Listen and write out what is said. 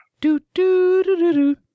Do-do-do-do-do